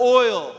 oil